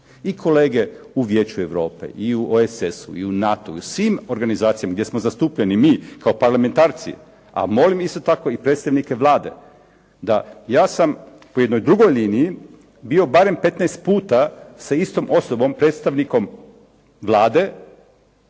I kolege u Vijeću Europe i u OESS-u, i NATO-u i u svim organizacijama gdje smo zastupljeni mi kao parlamentarci, a molim isto tako i predstavnike Vlade, da ja sam po jednoj drugoj liniji bio barem 15 puta sa istom osobom predstavnikom Vlade